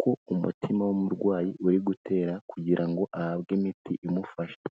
ko umutima w'umurwayi uri gutera kugira ngo ahabwe imiti imufasha.